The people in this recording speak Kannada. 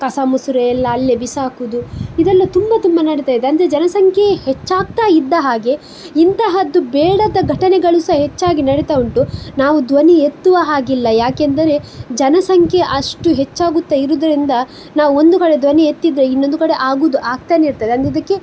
ಕಸ ಮುಸುರೆ ಎಲ್ಲ ಅಲ್ಲೆ ಬಿಸಾಕೋದು ಇದೆಲ್ಲ ತುಂಬ ತುಂಬ ನಡಿತಾಯಿದೆ ಅಂದರೆ ಜನಸಂಖ್ಯೆ ಹೆಚ್ಚಾಗ್ತಾ ಇದ್ದ ಹಾಗೆ ಇಂತಹದ್ದು ಬೇಡದ ಘಟನೆಗಳು ಸಹ ಹೆಚ್ಚಾಗಿ ನಡಿತಾ ಉಂಟು ನಾವು ಧ್ವನಿ ಎತ್ತುವ ಹಾಗಿಲ್ಲ ಯಾಕಂದರೆ ಜನಸಂಖ್ಯೆ ಅಷ್ಟು ಹೆಚ್ಚಾಗುತ್ತ ಇರೋದ್ರಿಂದ ನಾವು ಒಂದು ಕಡೆ ಧ್ವನಿ ಎತ್ತಿದರೆ ಇನ್ನೊಂದು ಕಡೆ ಆಗೋದು ಆಗ್ತನೆ ಇರ್ತದೆ ಅನ್ನೋದಕ್ಕೆ